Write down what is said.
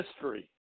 history